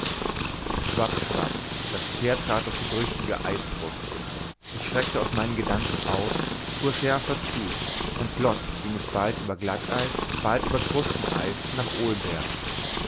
schwapp schwapp das pferd trat durch die brüchige eiskruste ich schreckte aus meinen gedanken auf fuhr schärfer zu und flott ging es bald über glatteis bald über krusteneis nach olberg